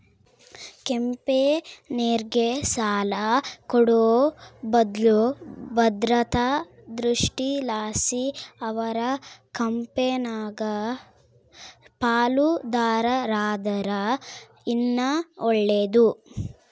ಕಂಪೆನೇರ್ಗೆ ಸಾಲ ಕೊಡೋ ಬದ್ಲು ಭದ್ರತಾ ದೃಷ್ಟಿಲಾಸಿ ಅವರ ಕಂಪೆನಾಗ ಪಾಲುದಾರರಾದರ ಇನ್ನ ಒಳ್ಳೇದು